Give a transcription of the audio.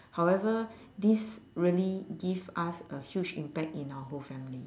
however this really give us a huge impact in our whole family